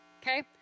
okay